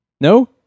No